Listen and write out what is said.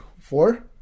Four